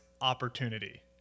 opportunity